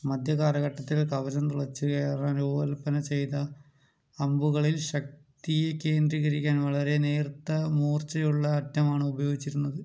മധ്യകാലഘട്ടത്തിൽ കവചം തുളച്ചു കയറാൻ രൂപ കൽപ്പന ചെയ്ത അമ്പുകളിൽ ശക്തിയെ കേന്ദ്രീകരിക്കാൻ വളരെ നേർത്ത മൂർച്ചയുള്ള അറ്റമാണ് ഉപയോഗിച്ചിരുന്നത്